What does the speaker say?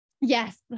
Yes